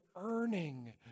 earning